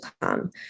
come